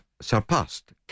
surpassed